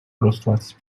користуватися